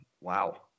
Wow